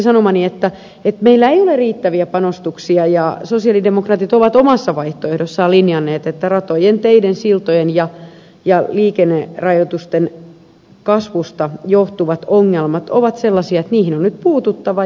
meillä ei ole riittäviä panostuksia ja sosialidemokraatit ovat omassa vaihtoehdossaan linjanneet että ratojen teiden siltojen ja liikennerajoitusten kasvusta johtuvat ongelmat ovat sellaisia että niihin on nyt puututtava